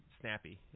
snappy